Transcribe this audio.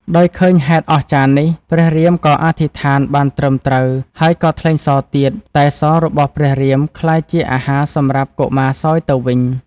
ដោយឃើញហេតុអស្ចារ្យនេះ ព្រះរាមក៏អធិដ្ឋានបានត្រឹមត្រូវហើយក៏ថ្លែងសរទៀត តែសររបស់ព្រះរាមក្លាយជាអាហារសម្រាប់កុមារសោយទៅវិញ។